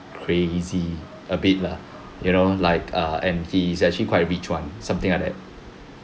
prey easy a bit lah you know like err and he's actually quite rich [one] something like that